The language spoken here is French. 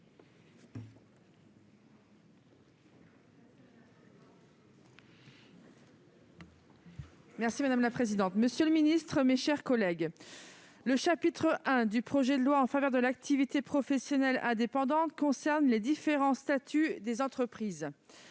Herzog, sur l'article. Monsieur le ministre, mes chers collègues, le chapitre I du projet de loi en faveur de l'activité professionnelle indépendante concerne les différents statuts des entrepreneurs.